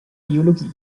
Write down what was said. biologie